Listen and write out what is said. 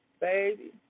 baby